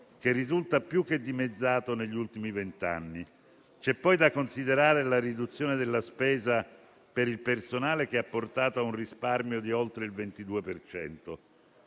che risulta più che dimezzato negli ultimi vent'anni. C'è poi da considerare la riduzione della spesa per il personale, che ha portato a un risparmio di oltre il 22